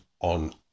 on